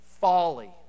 folly